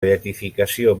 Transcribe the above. beatificació